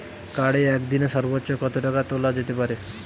কার্ডে একদিনে সর্বোচ্চ কত টাকা তোলা যেতে পারে?